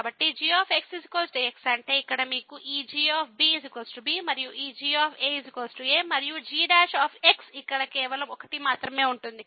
కాబట్టి g x అంటే ఇక్కడ మీకు ఈ g b మరియు ఈ g a మరియు g ఇక్కడ కేవలం 1 మాత్రమే ఉంటుంది